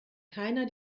keiner